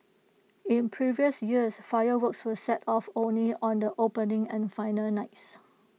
in previous years fireworks were set off only on the opening and final nights